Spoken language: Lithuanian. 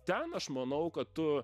ten aš manau kad tu